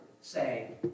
say